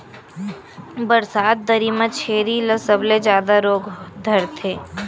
बरसात दरी म छेरी ल सबले जादा रोग धरथे